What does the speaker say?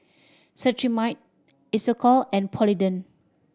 Cetrimide Isocal and Polident